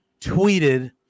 tweeted